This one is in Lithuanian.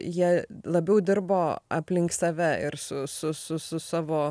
jie labiau dirbo aplink save ir su su su su savo